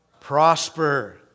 Prosper